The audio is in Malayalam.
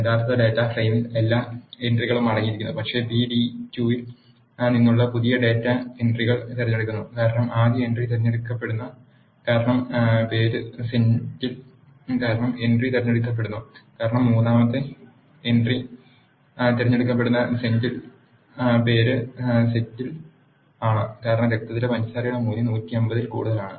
യഥാർത്ഥ ഡാറ്റാ ഫ്രെയിമിൽ എല്ലാ എൻ ട്രികളും അടങ്ങിയിരിക്കുന്നു പക്ഷേ പി ഡി 2 ൽ നിന്നുള്ള പുതിയ ഡാറ്റ ഈ എൻ ട്രികൾ തിരഞ്ഞെടുക്കുന്നു കാരണം ആദ്യ എൻ ട്രി തിരഞ്ഞെടുക്കപ്പെടുന്നു കാരണം പേര് സെന്റിൽ രണ്ടാമത്തെ എൻ ട്രി തിരഞ്ഞെടുക്കപ്പെടുന്നു കാരണം മൂന്നാമത്തെ എൻ ട്രി തിരഞ്ഞെടുക്കപ്പെടുന്ന സെന്റിൽ പേര് സെന്റിൽ ആണ് കാരണം രക്തത്തിലെ പഞ്ചസാരയുടെ മൂല്യം 150 ൽ കൂടുതലാണ്